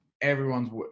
everyone's